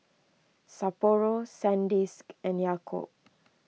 Sapporo Sandisk and Yakult